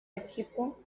equipo